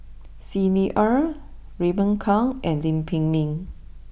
Xi Ni Er Raymond Kang and Lam Pin Min